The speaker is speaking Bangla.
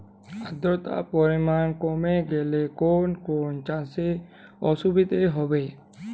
আদ্রতার পরিমাণ কমে গেলে কোন কোন চাষে অসুবিধে হবে?